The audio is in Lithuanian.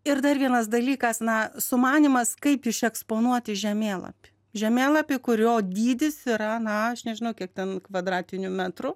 ir dar vienas dalykas na sumanymas kaip išeksponuoti žemėlapį žemėlapį kurio dydis yra na aš nežinau kiek ten kvadratinių metrų